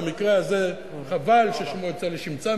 במקרה הזה חבל ששמו יוצא לשמצה,